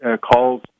calls